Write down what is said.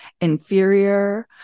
inferior